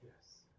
Yes